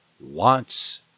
wants